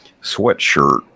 sweatshirt